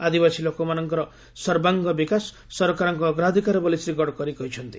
ଆଦିବାସୀ ଲୋକମାନଙ୍କର ସର୍ବାଙ୍ଗ ବିକାଶ ସରକାରଙ୍କ ଅଗ୍ରାଧିକାର ବୋଲି ଶ୍ରୀ ଗଡ଼କରୀ କହିଛନ୍ତି